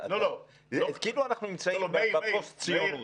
כאילו אנחנו נמצאים בחוף ציונות.